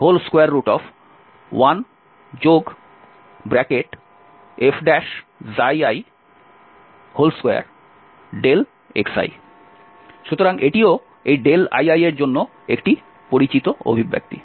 সুতরাং এটিও এই li এর জন্য একটি পরিচিত অভিব্যক্তি